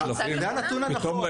זה הנתון הנכון.